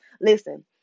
Listen